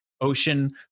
ocean